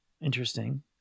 Interesting